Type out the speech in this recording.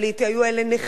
והיו אלה נכים,